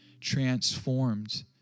transformed